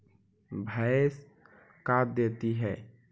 भैंस का देती है?